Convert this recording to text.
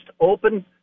open